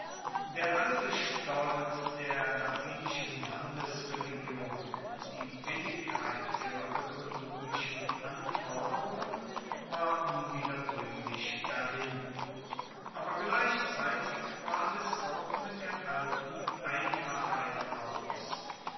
der alte stolz der latinischen landesreligion die billigkeit ihrer oekonomischen anforderungen war unwiederbringlich dahin aber gleichzeitig war es auch mit der alten einfachheit aus